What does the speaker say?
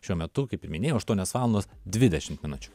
šiuo metu kaip minėjau aštuonios valandos dvidešimt minučių